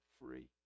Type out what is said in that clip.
free